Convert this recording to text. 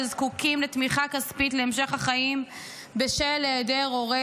שזקוקים לתמיכה כספית להמשך החיים בשל היעדר הורה